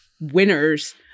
winners